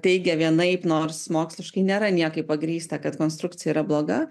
teigia vienaip nors moksliškai nėra niekaip pagrįsta kad konstrukcija yra bloga